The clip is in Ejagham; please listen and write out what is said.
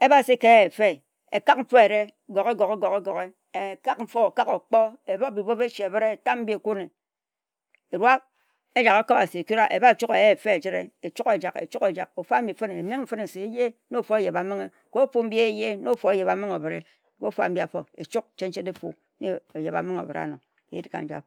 Ebhasi ka eya efe, ekak nfo erica guhe guhe, ekak okpor ehtam bibopechi ebhri ekune ejek ekwabasi ekura ebachuk eya efe ejere. Emmeghe se ofu anibi na ofu oyehbabinghe ka ofu mbi ehye ofu ambi afo chuk cheng ofu na ofu oyeba-mbinghe